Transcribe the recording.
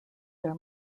their